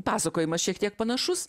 pasakojimas šiek tiek panašus